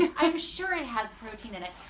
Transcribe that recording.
and i'm sure it has protein in it,